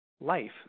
life